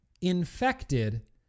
infected